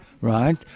right